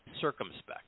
circumspect